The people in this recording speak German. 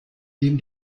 dem